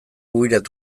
wired